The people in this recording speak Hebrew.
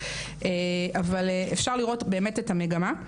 אבל אפשר לראות באמת את המגמה.